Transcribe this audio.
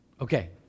Okay